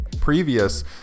previous